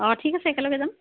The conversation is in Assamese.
অঁ ঠিক আছে একেলগে যাম